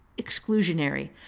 exclusionary